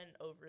over